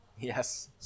yes